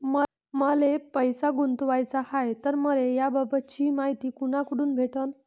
मले पैसा गुंतवाचा हाय तर मले याबाबतीची मायती कुनाकडून भेटन?